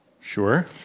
Sure